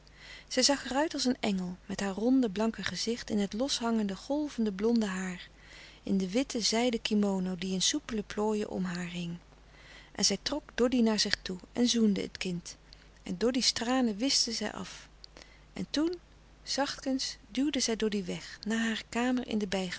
zij zag er uit als een engel met haar ronde blanke gezicht in het loshangende golvende blonde haar in de witte zijden kimono die in soupele plooien om haar hing en zij trok doddy naar zich toe en zoende het kind en doddy's tranen wischte zij af en toen zachtkens duwde zij doddy weg naar hare kamer in de